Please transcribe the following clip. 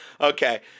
Okay